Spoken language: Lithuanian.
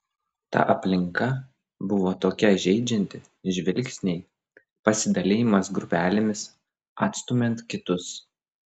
ta aplinka buvo tokia žeidžianti žvilgsniai pasidalijimas grupelėmis atstumiant kitus